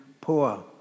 poor